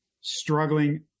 struggling